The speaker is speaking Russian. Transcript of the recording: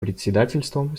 председательством